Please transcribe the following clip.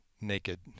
naked